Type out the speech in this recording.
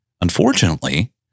Unfortunately